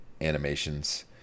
animations